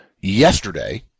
yesterday